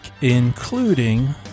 including